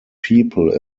people